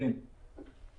תן לי דוגמה להקלה.